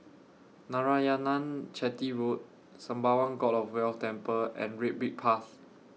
Narayanan Chetty Road Sembawang God of Wealth Temple and Red Brick Path